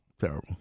Terrible